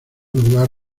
lugar